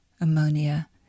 ammonia